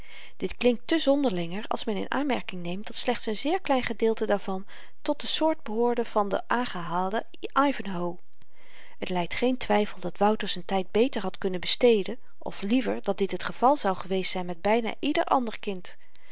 dit klinkt te zonderlinger als men in aanmerking neemt dat slechts n zeer klein gedeelte daarvan tot de soort behoorde van den aangehaalden ivanhoe het lydt geen twyfel dat wouter z'n tyd beter had kunnen besteden of liever dat dit het geval zou geweest zyn met byna ieder ander kind